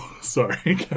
Sorry